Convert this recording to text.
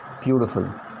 Beautiful